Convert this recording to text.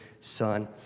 Son